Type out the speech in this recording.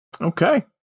Okay